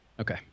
Okay